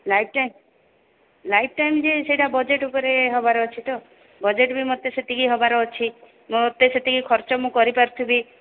life time life time ଯେ ସେଇଟା budget ଉପରେ ହେବାର ଅଛି ତ ବଜେଟ୍ ବି ମୋତେ ସେତିକି ହେବାର ଅଛି ମୋତେ ସେତିକି ଖର୍ଚ୍ଚ ମୁଁ କରିପାରୁଥିବି